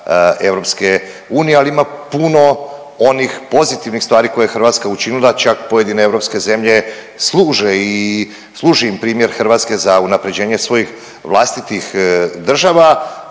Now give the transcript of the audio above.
članica EU, ali ima puno pozitivnih stvari koje je Hrvatska učinila, čak pojedine europske zemlje služe i služi im primjer Hrvatske za unapređenje svojih vlastitih država,